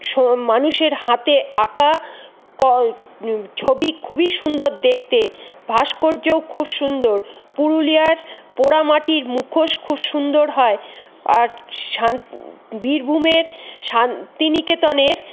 শ মানুষের হাতে আঁকা ক ছবি খুবই সুন্দর দেখতে ভাস্কর্যও খুব সুন্দর পুরুলিয়ার পোড়ামাটির মুখোশ খুব সুন্দর হয় আর শান বীরভূমের শান্তিনিকেতনের